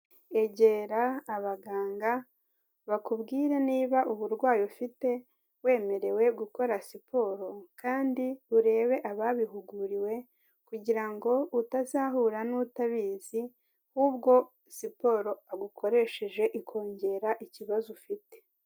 Egera abaganga bakubwire niba uburwayi ufite wemerewe gukora siporo kandi urebe ababihuguriwe kugira ngo utazahura n'utabizi, ahubwo siporo agukoresheje ikongera ikibazo ufite.